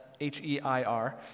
H-E-I-R